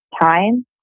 time